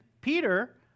Peter